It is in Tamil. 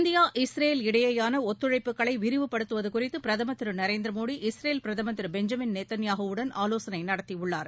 இந்தியா இஸ்ரேல் இடையேயான ஒத்துழைப்புகளை விரிவுபடுத்துவது குறித்து பிரதம் திரு நரேந்திர மோடி இஸ்ரேல் பிரதமா் திரு பெஞ்சமின் நேதன் யாகுவுடன் ஆலோசனை நடத்தியுள்ளார்